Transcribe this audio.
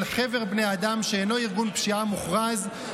חבר בני אדם שאינו ארגון פשיעה מוכרז,